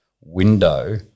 window